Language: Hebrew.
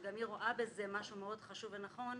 שגם היא רואה בזה משהו מאוד חשוב ונכון,